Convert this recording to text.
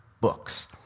books